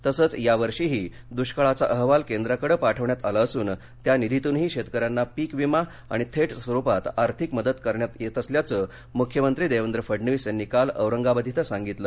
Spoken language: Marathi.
तसंच यावर्षीही दुष्काळाचा अहवाल केंद्राकडे पाठविण्यात आला असून त्या निधीतूनही शेतकऱ्यांना पीक विमा आणि थेट स्वरुपात आर्थिक मदत करणार असल्याचं मुख्यमंत्री देवेंद्र फडणवीस यांनी काल औरंगाबाद इथं सांगितलं